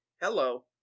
Hello